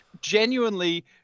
genuinely